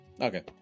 Okay